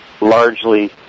largely